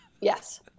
yes